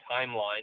timeline